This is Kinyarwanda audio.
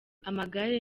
amagare